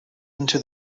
into